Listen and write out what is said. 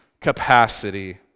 capacity